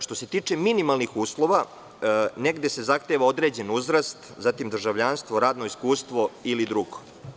Što se tiče minimalnih uslova negde se zahteva određen uzrast, zatim državljanstvo, radno iskustvo ili drugo.